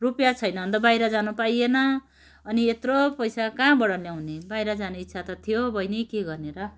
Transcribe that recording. रुपियाँ छैन भने त बाहिर जान पाइएन अनि यत्रो पैसा कहाँबाट ल्याउने बाहिर जाने इच्छा त थियो बहिनी के गर्ने र